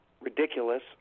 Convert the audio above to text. ridiculous